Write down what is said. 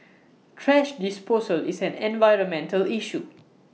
thrash disposal is an environmental issue